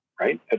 right